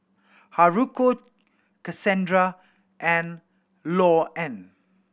Haruko Cassandra and Louann